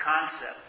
concept